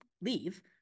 leave